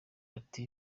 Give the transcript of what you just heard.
ati